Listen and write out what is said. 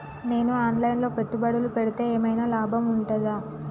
నేను online లో పెట్టుబడులు పెడితే ఏమైనా లాభం ఉంటదా?